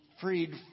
freed